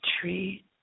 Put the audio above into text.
tree